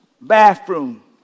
bathroom